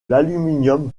l’aluminium